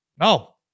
No